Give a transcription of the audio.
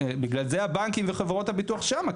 בגלל זה הבנקים וחברות הביטוח שם,